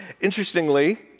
interestingly